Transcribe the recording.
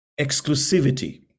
exclusivity